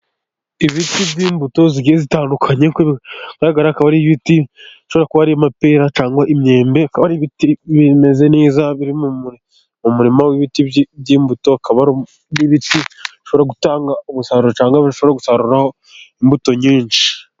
Ibiti by'imbuto zigiye zitandukanye, nk'uko bigaragara akaba ari ibiti bishobora kuba ari amapera, cyangwa imyembe, bikaba ari ibiti bimeze neza, biri mu murima w'ibiti by'imbuto, akaba ari ibiti bishobora gutanga umusaruro, cyangwa bashobora gusaruraho imbuto nyinshi.